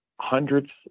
hundreds